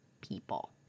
people